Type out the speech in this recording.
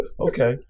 Okay